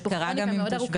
יש פה כרוניקה מאוד ארוכה.